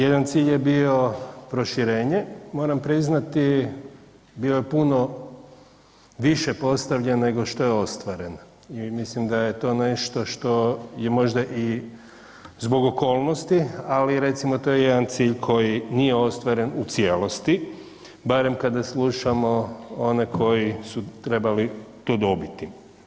Jedan cilj je bio proširenje, moram priznati bio je puno više postavljen nego što je ostvareno i mislim da je to nešto što je možda i zbog okolnosti, ali to je recimo jedan cilj koji nije ostvaren u cijelosti, barem kada slušamo one koji su trebali to dobiti.